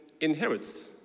inherits